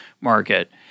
market